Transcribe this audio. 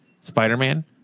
spider-man